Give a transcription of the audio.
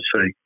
see